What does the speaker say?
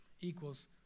equals